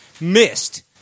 missed